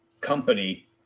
company